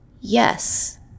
Yes